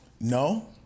No